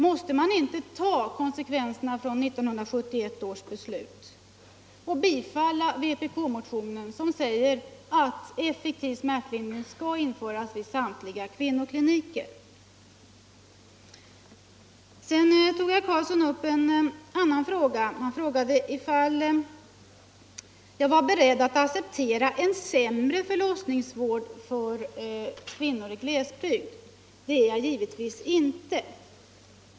Måste man inte ta konsekvenserna av 1971 års beslut och bifalla vpkmotionen som säger att effektiv smärtlindring skall införas vid samtliga kvinnokliniker? Sedan tog herr Karlsson upp en annan sak och frågade om jag var beredd att acceptera en sämre förlossningsvård för kvinnor i glesbygd. Det är jag givetvis inte.